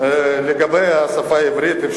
לגבי השפה הערבית,